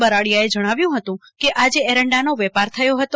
બરાડીયાએ જણાવ્યું કે આજે એરંડાનો વેપાર થયો હતો